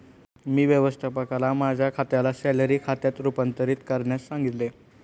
मी व्यवस्थापकाला माझ्या खात्याला सॅलरी खात्यात रूपांतरित करण्यास सांगितले